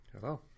Hello